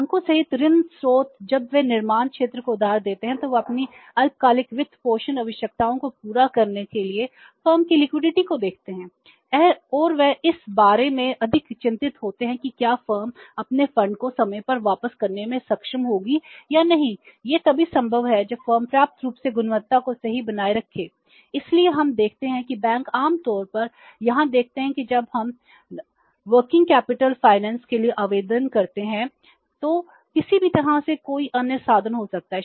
बैंकों सहित ऋण स्रोत जब वे निर्माण क्षेत्र को उधार देते हैं तो वे अपनी अल्पकालिक वित्त पोषण आवश्यकताओं को पूरा करने के लिए फर्म की लिक्विडिटी है